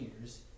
years